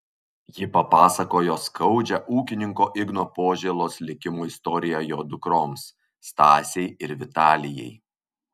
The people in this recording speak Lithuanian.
ji papasakojo skaudžią ūkininko igno požėlos likimo istoriją jo dukroms stasei ir vitalijai